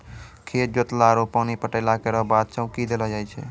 खेत जोतला आरु पानी पटैला केरो बाद चौकी देलो जाय छै?